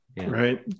Right